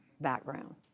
background